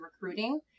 recruiting